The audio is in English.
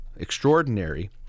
extraordinary